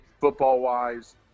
football-wise